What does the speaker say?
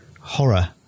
horror